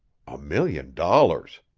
a million dollars!